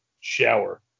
shower